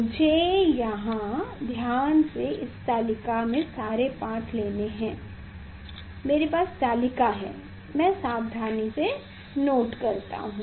मुझे यहाँ ध्यान से इसे तालिका में सारे पाठ लेना है मेरे पास तालिका है मैं सावधानी से नोट करता हूँ